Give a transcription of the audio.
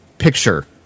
picture